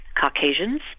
Caucasians